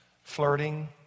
flirting